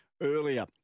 earlier